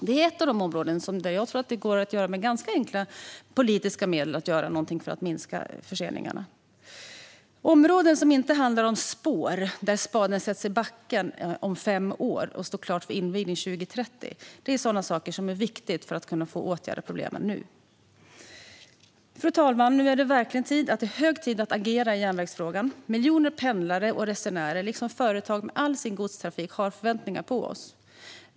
Det är ett av de områden där jag tror vi med ganska enkla politiska medel kan göra någonting för att minska förseningarna, områden som inte handlar om spår där spaden sätts i backen om fem år och står klara för invigning 2030. Det är sådana saker som är viktiga för att kunna åtgärda problemen nu. Fru talman! Nu är det verkligen hög tid att agera i järnvägsfrågan. Miljoner pendlare och resenärer liksom företag med all sin godstrafik har förväntningar på oss.